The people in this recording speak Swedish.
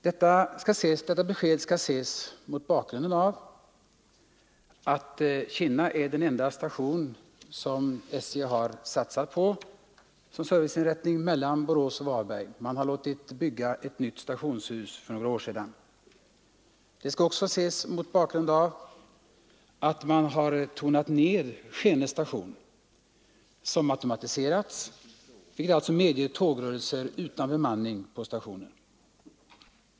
Detta besked bör ses mot bakgrunden av att Kinna är den enda station som SJ har satsat på såsom serviceinrättning mellan Borås och Varberg — man har låtit bygga ett nytt stationshus för några år sedan. Det bör också ses mot bakgrunden av att man har tonat ner verksamheten vid Skene station, som automatiserats, vilket alltså medger tågrörelser utan bemanning vid stationen.